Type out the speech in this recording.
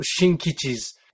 Shinkichi's